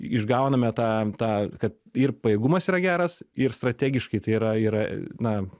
išgauname tą tą kad ir pajėgumas yra geras ir strategiškai tai yra yra na